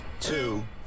two